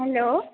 hello